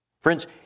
Friends